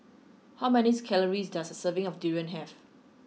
how many calories does a serving of durian have